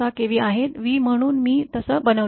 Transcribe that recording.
०६ kV आहे v म्हणून मी तसं बनवलं